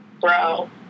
bro